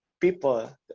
people